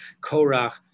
Korach